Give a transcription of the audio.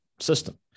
system